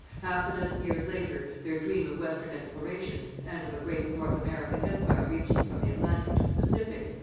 half a dozen years later their dream of western exploration, and of a great north american empire reaching from the atlantic to the pacific,